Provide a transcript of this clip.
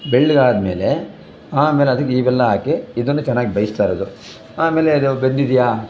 ಬೆಳ್ಳಗಾದ್ಮೇಲೆ ಆಮೇಲೆ ಅದಕ್ಕೆ ಇವೆಲ್ಲ ಹಾಕಿ ಇದನ್ನು ಚೆನ್ನಾಗಿ ಬೇಯ್ಸ್ತಾಯಿರೋದು ಆಮೇಲೆ ಇದು ಬೆಂದಿದೆಯಾ